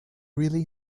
really